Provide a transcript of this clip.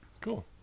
cool